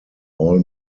all